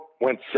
went